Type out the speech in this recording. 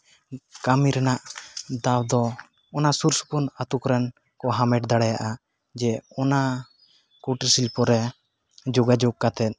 ᱠᱟᱹᱢᱤ ᱨᱮᱱᱟᱜ ᱫᱟᱣ ᱫᱚ ᱚᱱᱟ ᱥᱩᱨ ᱥᱩᱯᱩᱨ ᱟᱛᱳ ᱠᱚᱨᱮᱱ ᱠᱚ ᱦᱟᱢᱮᱴ ᱫᱟᱲᱮᱭᱟᱜᱼᱟ ᱡᱮ ᱚᱱᱟ ᱠᱩᱴᱤᱨ ᱥᱤᱞᱯᱚ ᱨᱮ ᱡᱳᱜᱟᱡᱳᱜᱽ ᱠᱟᱛᱮ